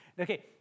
Okay